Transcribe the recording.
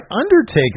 Undertaker